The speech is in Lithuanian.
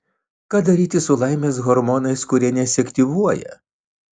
ką daryti su laimės hormonais kurie nesiaktyvuoja